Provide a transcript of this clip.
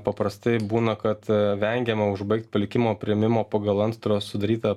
paprastai būna kad vengiama užbaigt palikimo priėmimo pagal antstolio sudarytą